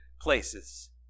places